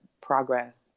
progress